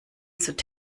bisschen